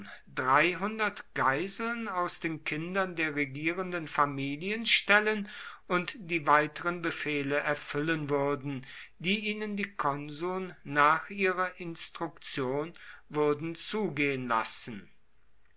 dreihundert geiseln aus den kindern der regierenden familien stellen und die weiteren befehle erfüllen würden die ihnen die konsuln nach ihrer instruktion würden zugehen lassen